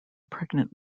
pregnant